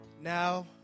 Now